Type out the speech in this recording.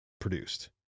produced